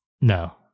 No